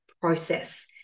process